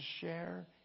share